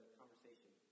conversation